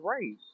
race